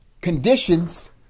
conditions